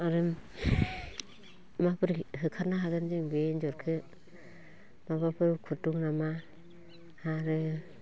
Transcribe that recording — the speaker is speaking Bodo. आरो माबोरै होखारनो हागोन जों बे एनजरखो माबाफोर उखुद दं नामा आरो